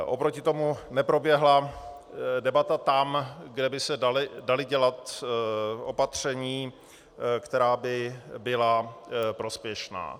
Oproti tomu neproběhla debata tam, kde by se dala dělat opatření, která by byla prospěšná.